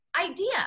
idea